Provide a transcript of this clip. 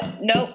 Nope